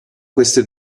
queste